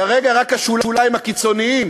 כרגע רק השוליים הקיצוניים